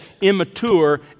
immature